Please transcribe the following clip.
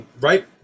right